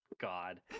God